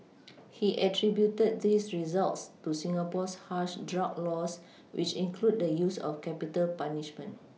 he attributed these results to Singapore's harsh drug laws which include the use of capital punishment